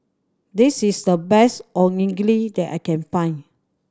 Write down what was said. this is the best Onigiri that I can find